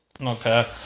Okay